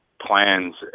plans